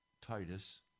Titus